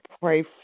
pray